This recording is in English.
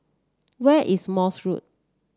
where is Morse Road